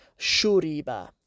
Shuri'ba